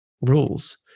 rules